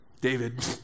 David